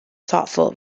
thoughtful